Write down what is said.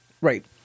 Right